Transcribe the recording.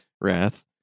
wrath